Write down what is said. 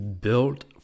built